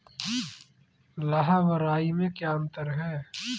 लाह व राई में क्या अंतर है?